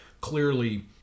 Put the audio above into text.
clearly